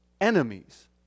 enemies